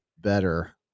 better